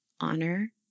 honor